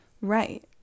right